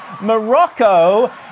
Morocco